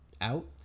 out